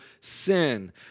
sin